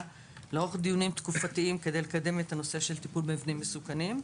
לערוך דיונים תקופתיים כדי לקדם את הנושא של טיפול במבנים מסוכנים.